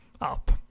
up